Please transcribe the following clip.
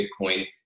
Bitcoin